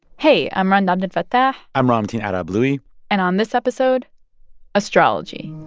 hey. i'm rund abdelfatah i'm ramtin arablouei and on this episode astrology